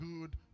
good